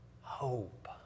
hope